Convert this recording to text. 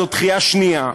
זאת דחייה שנייה,